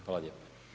Hvala lijepo.